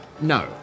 No